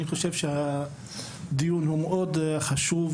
אני חושב שהדיון הוא מאוד חשוב.